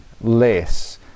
less